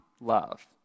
love